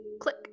click